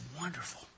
wonderful